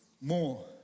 more